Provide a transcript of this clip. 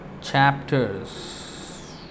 Chapters